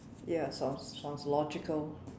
ya sounds sounds logical